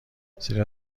زیرا